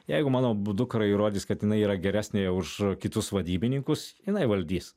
jeigu mano dukra įrodys kad jinai yra geresnė už kitus vadybininkus jinai valdys